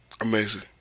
Amazing